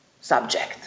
subject